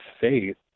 faith